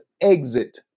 exit